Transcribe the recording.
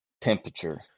temperature